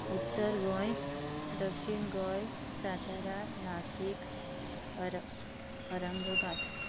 उत्तर गोंय दक्षीण गोंय सातारा नासीक अर अरंगबाद